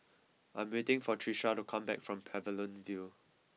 I am waiting for Trisha to come back from Pavilion View